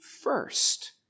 first